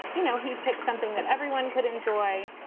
you know, he picked something that everyone could enjoy,